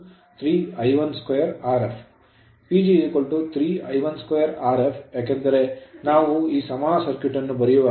PG 3 I12 Rf ಏಕೆಂದರೆ ನಾವು ಈ ಸಮಾನ ಸರ್ಕ್ಯೂಟ್ ಅನ್ನು ಬರೆಯುವಾಗ